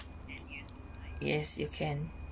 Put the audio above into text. yes you can